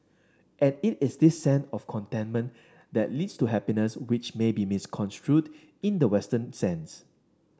and it is this sense of contentment that leads to happiness which may be misconstrued in the Western sense